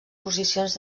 posicions